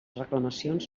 reclamacions